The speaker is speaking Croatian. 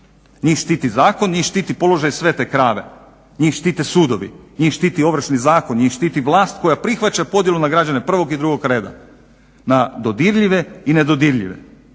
Njih štiti zakon, njih štiti položaj svete krave, njih štite sudovi, njih štiti Ovršni zakon, njih štiti vlast koja prihvaća podjelu na građane prvog i drugog reda, na dodirljive i nedodirljive.